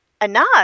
enough